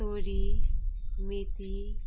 तोरी मेथी